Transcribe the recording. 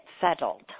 settled